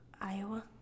Iowa